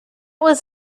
was